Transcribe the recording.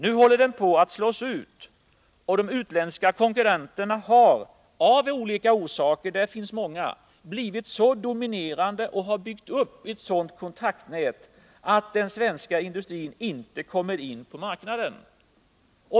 Nu håller den industrin på att slås ut, och de utländska konkurrenterna har av olika orsaker — det finns många — blivit så dominerande och byggt upp ett sådant kontaktnät att den svenska industrin inte kommer in på marknaden.